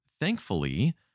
thankfully